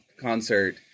concert